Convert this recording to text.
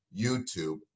YouTube